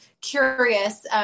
curious